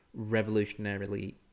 revolutionarily